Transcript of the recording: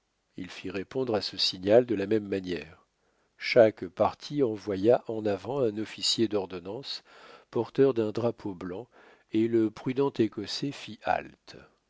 il fit répondre à ce signal de la même manière chaque parti envoya en avant un officier d'ordonnance porteur d'un drapeau blanc et le prudent écossais fit halte